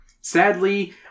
Sadly